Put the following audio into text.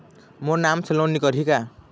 मोर नाम से लोन निकारिही का?